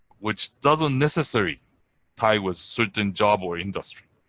which doesn't necessarily tie with certain job or industry.